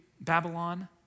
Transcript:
Babylon